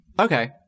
Okay